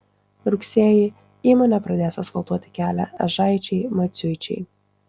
rugsėjį įmonė pradės asfaltuoti kelią ežaičiai maciuičiai